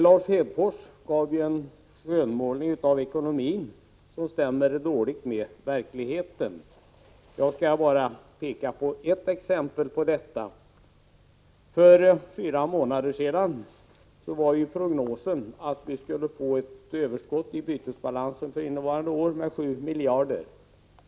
Lars Hedfors gav en skönmålning av ekonomin, som stämmer dåligt med verkligheten. Jag skall bara peka på ett exempel i sammanhanget. För fyra månader sedan var prognosen att vi skulle få ett överskott i bytesbalansen för innevarande år på 7 miljarder.